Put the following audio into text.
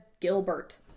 Gilbert